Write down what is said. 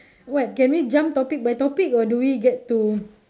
what can we jump topic by topic or do we get to